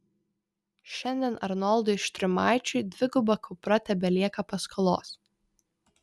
šiandien arnoldui štrimaičiui dviguba kupra tebelieka paskolos